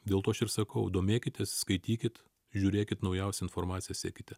dėl to aš ir sakau domėkitės skaitykit žiūrėkit naujausią informaciją sekite